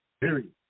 Period